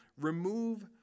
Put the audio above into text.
Remove